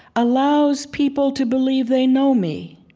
allows people to believe they know me.